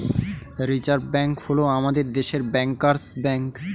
reserve bank হল আমাদের দেশের ব্যাঙ্কার্স ব্যাঙ্ক